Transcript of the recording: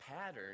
pattern